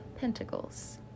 pentacles